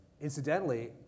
Incidentally